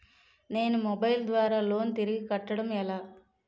నేను మొబైల్ ద్వారా లోన్ తిరిగి కట్టడం ఎలా?